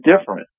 different